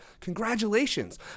Congratulations